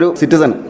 citizen